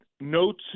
notes